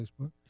Facebook